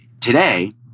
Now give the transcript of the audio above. today